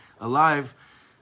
alive